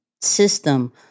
system